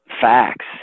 facts